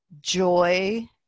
joy